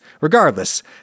Regardless